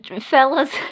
fellas